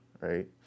Right